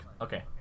okay